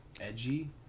edgy